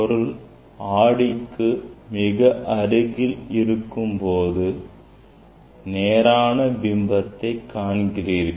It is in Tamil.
பொருள் ஆடிக்கு மிக அருகில் இருக்கும்போது நேரான பிம்பத்தை காண்கிறீர்கள்